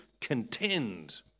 contend